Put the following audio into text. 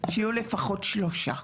שיהיו לפחות שלושה.